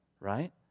right